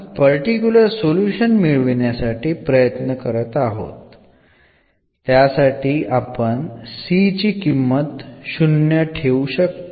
അതിനാൽ നമ്മൾ ഒരു പർട്ടിക്കുലർ സൊലൂഷൻന്ന് വേണ്ടി തിരയുന്ന ഈ സാഹചര്യത്തിൽ നമുക്ക് എന്നത് 0 ആയി സജ്ജമാക്കാൻ കഴിയും